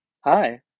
Hi